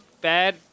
bad